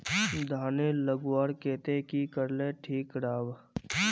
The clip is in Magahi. धानेर लगवार केते की करले ठीक राब?